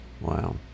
wow